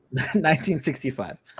1965